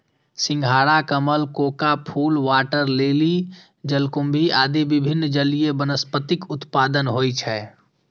सिंघाड़ा, कमल, कोका फूल, वाटर लिली, जलकुंभी आदि विभिन्न जलीय वनस्पतिक उत्पादन होइ छै